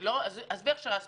עזבי הכשרה ספציפית.